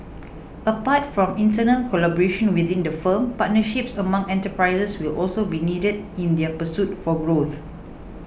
apart from internal collaboration within the firm partnerships among enterprises will also be needed in their pursuit for growth